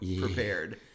prepared